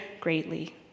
greatly